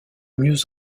mieux